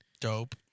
Dope